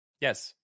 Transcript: yes